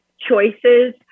choices